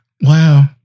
Wow